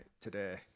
today